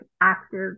active